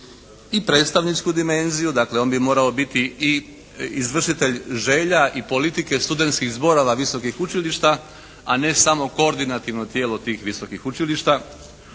i predstavničku dimenziju. Dakle on bi morao biti i izvršitelj želja i politike studentskih zborova visokih učilišta a ne samo koordinativno tijelo tih visokih učilišta.